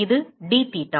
இது d theta